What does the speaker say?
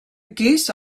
geese